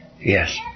Yes